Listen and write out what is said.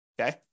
Okay